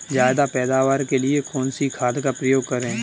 ज्यादा पैदावार के लिए कौन सी खाद का प्रयोग करें?